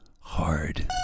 hard